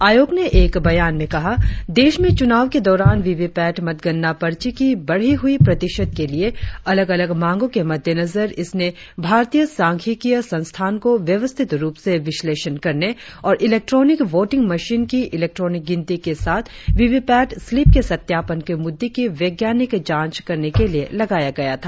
आयोग ने एक बयान में कहा देश में चुनाव के दौरान वी वी पैट मतगनना पर्ची की बढ़ी हुई प्रतिशत के लिए अलग अलग मांगों के मद्देनजर इसने भारतीय सांख्यिकीय संस्थान को व्यवस्थित रुप से विश्लेषण करने और इलेक्ट्रॉनिक वोटिंग मशिन की इलेक्ट्रॉनिक गिनती के साथ वि वी पैट सिल्प के सत्यापन के मुद्दे की वैज्ञानिक जॉंच करने के लिए लगाया गया था